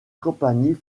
compagnie